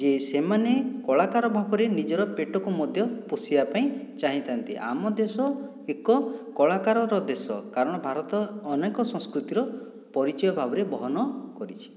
ଯେ ସେମାନେ କଳାକାର ଭାବରେ ନିଜର ପେଟକୁ ମଧ୍ୟ ପୋଷିବା ପାଇଁ ଚାହିଁଥାନ୍ତି ଆମ ଦେଶ ଏକ କଳାକାରର ଦେଶ କାରଣ ଭାରତ ଅନେକ ସଂସ୍କୃତିର ପରିଚୟ ଭାବରେ ବହନ କରିଛି